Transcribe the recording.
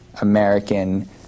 American